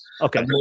Okay